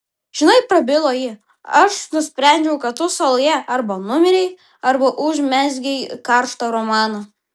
žinai prabilo ji aš nusprendžiau kad tu saloje arba numirei arba užmezgei karštą romaną